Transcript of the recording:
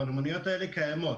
אבל המוניות האלה קיימות,